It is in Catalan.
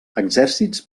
exèrcits